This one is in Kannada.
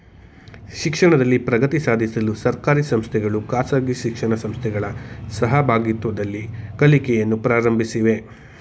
ಶಿಕ್ಷಣದಲ್ಲಿ ಪ್ರಗತಿ ಸಾಧಿಸಲು ಸರ್ಕಾರಿ ಸಂಸ್ಥೆಗಳು ಖಾಸಗಿ ಶಿಕ್ಷಣ ಸಂಸ್ಥೆಗಳ ಸಹಭಾಗಿತ್ವದಲ್ಲಿ ಕಲಿಕೆಯನ್ನು ಪ್ರಾರಂಭಿಸಿವೆ